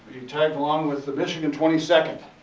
he tagged along with the michigan twenty second.